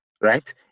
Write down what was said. right